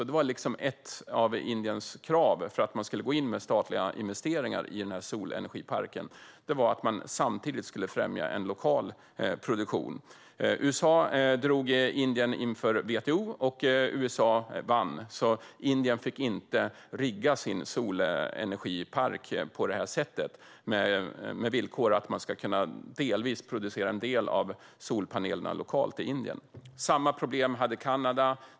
Det var ett av Indiens krav för att man skulle gå in med statliga investeringar i solenergiparken. Kravet var att man samtidigt skulle främja en lokal produktion. USA drog Indien inför WTO. USA vann. Därför fick Indien inte rigga sin solenergipark med villkoret att man delvis skulle producera en del av solpanelerna lokalt i Indien. Samma problem hade Kanada.